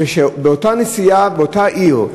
כשבאותה נסיעה באותה עיר,